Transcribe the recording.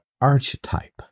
archetype